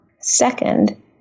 Second